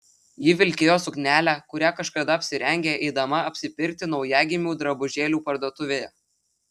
ji vilkėjo suknelę kurią kažkada apsirengė eidama apsipirkti naujagimių drabužėlių parduotuvėje